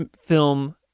film